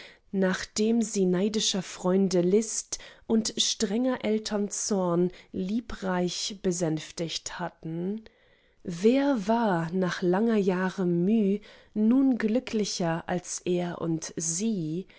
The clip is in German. nachdem sie neidscher freunde list und strenger eltern zorn liebreich besänftigt hatten wer war nach langer jahre müh nun glücklicher als er und sie